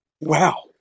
Wow